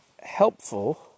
helpful